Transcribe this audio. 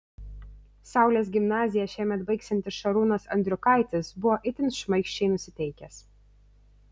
saulės gimnaziją šiemet baigsiantis šarūnas andriukaitis buvo itin šmaikščiai nusiteikęs